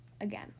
again